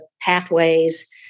pathways